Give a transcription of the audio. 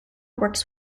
works